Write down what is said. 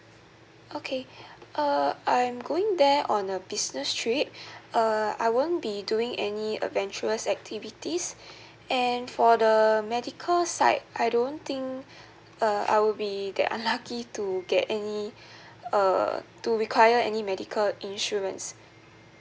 okay uh I'm going there on a business trip uh I won't be doing any adventurous activities and for the medical side I don't think uh I will be that unlucky to get any uh to require any medical insurance